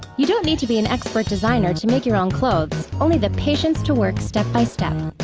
you don't need to be an expert designer to make your own clothes, only the patience to work step by step.